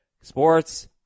sports